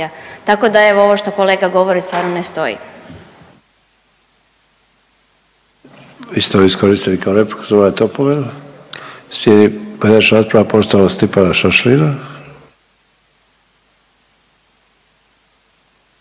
tako da evo ovo što kolega govori stvarno ne stoji.